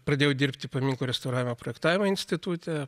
pradėjau dirbti paminklų restauravimo projektavimo institute